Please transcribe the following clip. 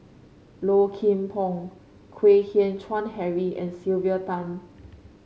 Low Kim Pong Kwek Hian Chuan Henry and Sylvia Tan